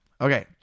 Okay